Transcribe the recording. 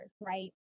right